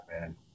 Man